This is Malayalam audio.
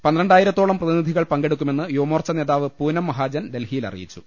പന്ത്രണ്ടായിര ത്തോളം പ്രതിനിധികൾ പങ്കെടുക്കുമെന്ന് യുവമോർച്ച നേതാവ് പൂനം മഹാജൻ ഡ്രൽഹിയിൽ അറിയിച്ചു